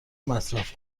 مصرف